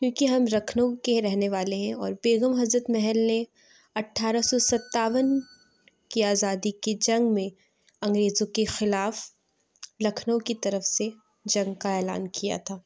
کیوں کہ ہم لکھنؤ کے رہنے والے ہیں اور بیگم حضرت محل نے اٹھارہ سو ستاون کی آزادی کی جنگ میں انگریزوں کے خلاف لکھنؤ کی طرف سے جنگ کا اعلان کیا تھا